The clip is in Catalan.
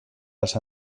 les